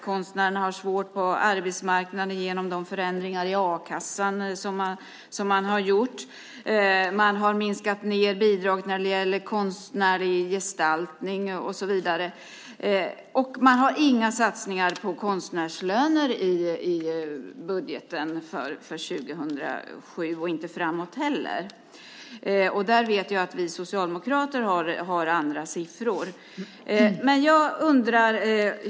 Konstnärerna har det svårt på arbetsmarknaden på grund av de förändringar som gjorts i a-kassan, genom att man minskat bidragen till konstnärlig gestaltning och så vidare. Det finns inga satsningar på konstnärslöner i budgeten för 2007, och inte heller längre fram. Där har vi socialdemokrater andra siffror.